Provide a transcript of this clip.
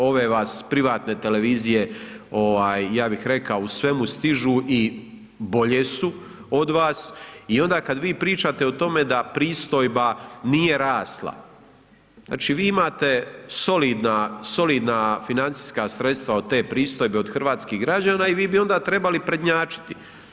Ove vas privatne televizije ja bih rekao u svemu stižu i bolje su od vas i onda kada vi pričate o tome da pristojba nije rasla, znači vi imate solidna financijska sredstva od te pristojbe od hrvatskih građana i vi bi onda trebali prednjačiti.